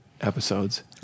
episodes